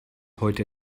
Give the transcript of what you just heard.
heute